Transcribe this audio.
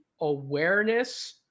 awareness